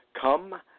come